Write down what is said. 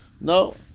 no